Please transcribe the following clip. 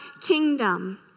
kingdom